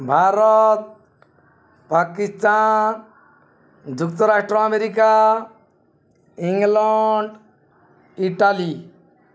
ଭାରତ ପାକିସ୍ତାନ ଯୁକ୍ତରାଷ୍ଟ୍ର America England Italy